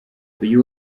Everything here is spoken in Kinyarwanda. uyu